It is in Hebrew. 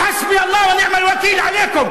"חסבי אללה ונעם אלוכיל" עליכום.